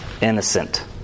innocent